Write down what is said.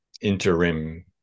interim